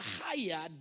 higher